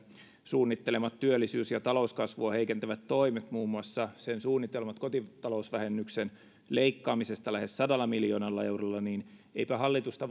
suunnittelemat työllisyys ja talouskasvua heikentävät toimet muun muassa sen suunnitelmat kotitalousvähennyksen leikkaamisesta lähes sadalla miljoonalla eurolla niin eipä hallitusta